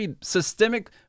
systemic